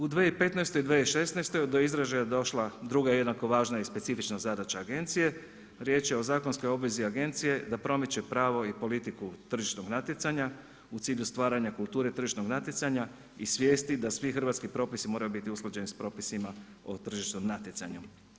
U 2015., 2016. do izražaja je došla druga jednako važna i specifična zadaća agencije, riječ je o zakonskoj obvezi agencije da promiče pravo i politiku tržišnog natjecanja u cilju stvaranja kulture tržišnog natjecanja i svijesti da svi hrvatski propisi moraju biti usklađeni sa propisima o tržišnom natjecanju.